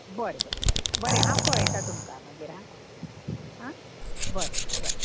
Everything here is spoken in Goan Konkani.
बरें बरें बरें आं बरें हांव कळयता तुमकां मागीर हां आं बरें तर बरें